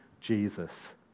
Jesus